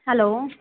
hello